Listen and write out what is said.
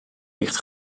licht